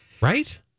right